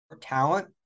talent